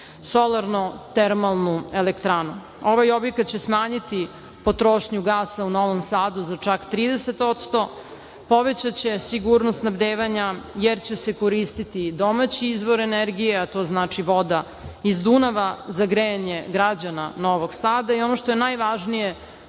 solarno-termalnu elektranu. Ovaj objekat će smanjiti potrošnju gasa u Novom Sadu za čak 30%, povećaće sigurnost snabdevanja, jer će se koristiti domaći izvor energije, a to znači voda iz Dunava za grejanje građana Novog Sada i ono što je najvažnije